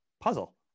puzzle